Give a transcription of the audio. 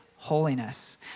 holiness